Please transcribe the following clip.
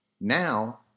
Now